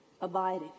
Abiding